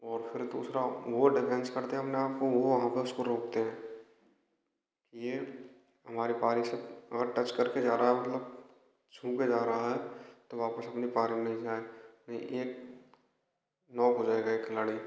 और फिर दूसरा वो डिफेंस करते हैं अपने आपको वो वहाँ पे उसको रोकते हैं ये हमारे अगर टच करके जा रहा है मतलब छू के जा रहा है तो वापस अपने पाले में ही आएं कहीं एक नौक हो जाएगा एक खिलाड़ी